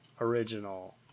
original